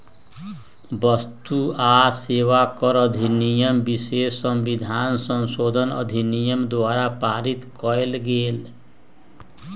वस्तु आ सेवा कर अधिनियम विशेष संविधान संशोधन अधिनियम द्वारा पारित कएल गेल